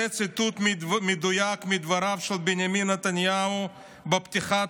זה ציטוט מדויק מדבריו של בנימין נתניהו בפתיחת